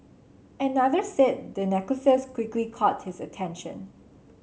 another said the necklaces quickly caught his attention